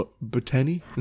Botany